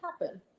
happen